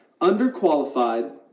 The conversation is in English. Underqualified